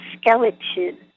skeleton